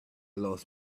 lost